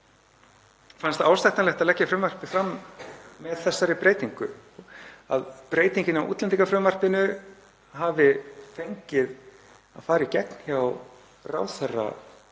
fannst ásættanlegt að leggja frumvarpið fram með þessari breytingu, að breytingin á útlendingafrumvarpinu hafi fengið að fara í gegn hjá ráðherra